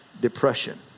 depression